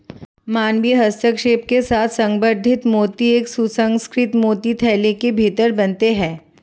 मानवीय हस्तक्षेप के साथ संवर्धित मोती एक सुसंस्कृत मोती थैली के भीतर बनते हैं